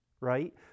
right